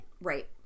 Right